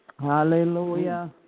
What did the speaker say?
Hallelujah